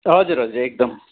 हजुर हजुर एकदम